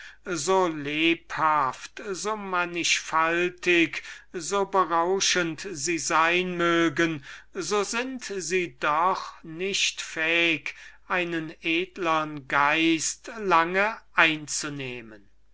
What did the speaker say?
so lebhaft so manchfaltig so berauschend sie sein mögen so sind sie doch nicht fähig einen geist wie der seinige war lange einzunehmen